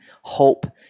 hope